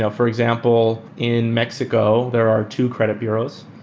ah for example, in mexico, there are two credit bureaus.